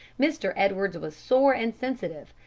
mr. edwards was sore and sensitive,